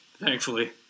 thankfully